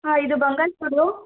ಹಾಂ ಇದು ಬಂಗಲ್ಪುರು